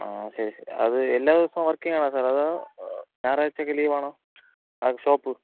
ആ ശരി ശരി അത് എല്ലാ ദിവസവും വർക്കിംഗാണോ സാർ അതോ ഞായറാഴ്ചയൊക്കെ ലീവാണോ ആ ഷോപ്പ്